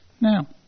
Now